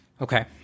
Okay